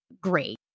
great